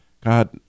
God